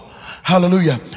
hallelujah